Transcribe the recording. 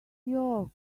your